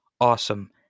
awesome